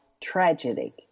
tragedy